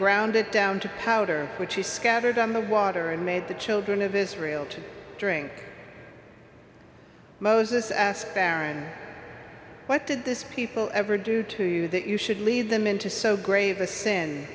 ground it down to powder which he scattered on the water and made the children of israel to drink moses ask baron what did this people ever do to you that you should lead them into so grave a sin